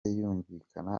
yumvikana